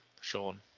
Sean